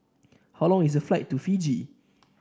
how long is the flight to Fiji